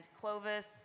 Clovis